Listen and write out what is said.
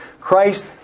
Christ